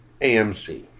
AMC